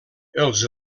els